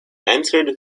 entered